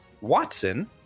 Watson